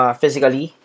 physically